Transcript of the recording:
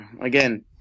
Again